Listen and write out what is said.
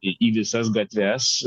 į visas gatves